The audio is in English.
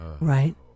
Right